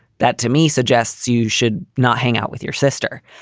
that to me suggests you should not hang out with your sister.